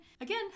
Again